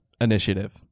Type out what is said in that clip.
initiative